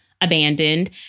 abandoned